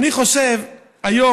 אני חושב שהיום,